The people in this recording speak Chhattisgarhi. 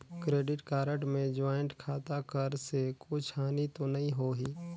क्रेडिट कारड मे ज्वाइंट खाता कर से कुछ हानि तो नइ होही?